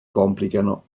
complicano